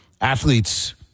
athletes